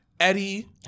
Eddie